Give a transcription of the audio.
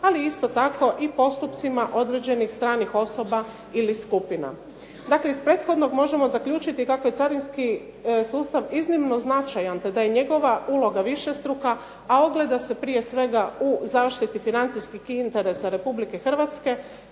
ali isto tako i postupcima određenih stranih osoba ili skupina. Dakle iz prethodnog možemo zaključiti kako je carinski sustav iznimno značajan, te da je njegova uloga višestruka, a ogleda se prije svega u zaštiti financijskih interesa Republike Hrvatske